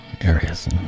areas